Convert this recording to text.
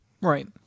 Right